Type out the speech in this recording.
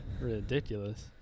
Ridiculous